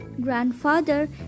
Grandfather